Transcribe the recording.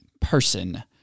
person